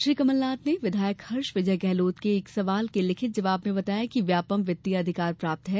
श्री कमलनाथ ने विधायक हर्ष विजय गेहलोत के एक सवाल के लिखित जवाब में बताया कि व्यापमं वित्तीय अधिकार प्राप्त है